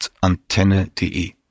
antenne.de